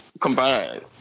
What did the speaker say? combined